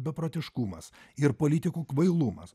beprotiškumas ir politikų kvailumas